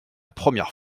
première